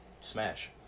smash